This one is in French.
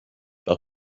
par